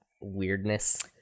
weirdness